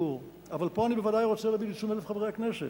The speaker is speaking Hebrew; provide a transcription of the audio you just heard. אבל פה אני בוודאי רוצה להביא לתשומת לב חברי הכנסת: